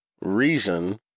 reason